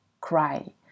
cry